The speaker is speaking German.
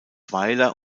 weiler